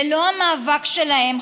ללא המאבק שלהם,